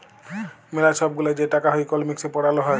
ম্যালা ছব গুলা যে টাকা হ্যয় ইকলমিক্সে পড়াল হ্যয়